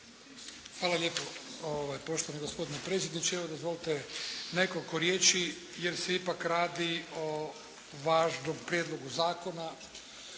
Hvala lijepo poštovani gospodine predsjedniče. Evo, dozvolite nekoliko riječi jer se ipak radi o važnom prijedlogu zakona